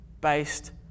based